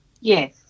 Yes